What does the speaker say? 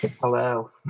Hello